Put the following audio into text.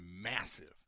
massive